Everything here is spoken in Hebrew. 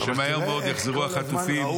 שמהר מאוד יחזרו החטופים.